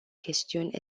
chestiuni